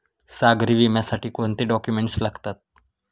सागरी विम्यासाठी कोणते डॉक्युमेंट्स लागतात?